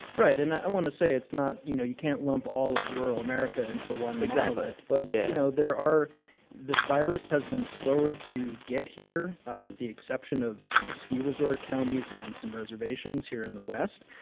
right. and i want to say it's not you know, you can't lump all of rural america into one monolith exactly, yeah but, yeah you know, there are the virus has been slower to get here with the exception of some ski resort counties and some reservations here in the west.